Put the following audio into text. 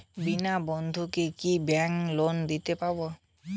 বিনা বন্ধকে কি bank loan দিতে পারে?